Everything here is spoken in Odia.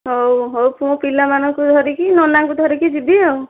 ହଉ ହଉ ମୁଁ ପିଲାମାନଙ୍କୁ ଧରିକି ନନା ଙ୍କୁ ଧରିକି ଯିବି ଆଉ